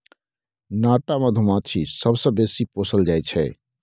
नाटा मधुमाछी सबसँ बेसी पोसल जाइ छै